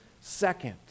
second